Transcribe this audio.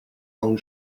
own